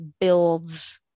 builds